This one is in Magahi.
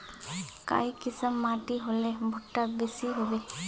काई किसम माटी होले भुट्टा बेसी होबे?